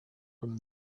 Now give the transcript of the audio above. from